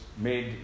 made